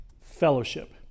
fellowship